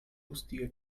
lustige